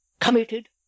committed